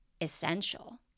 essential